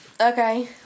Okay